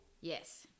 Yes